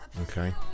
Okay